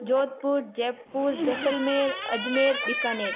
Jodhpur Jaipur Jaisalmer Ajmer Bikaner